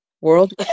World